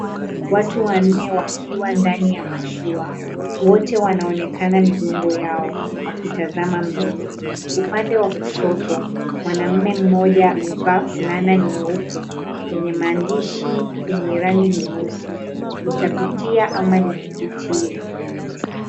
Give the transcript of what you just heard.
Watu wanne wakiwa ndani ya mashua. Wote wanaonekana migongo yao, wakitazama mbele. Upande wa kushoto, mwanamume mmoja amevaa fulana nyeupe yenye maandishi yenye rangi nyeusi, "Utapitia ama ni kupitia ama nikupitie".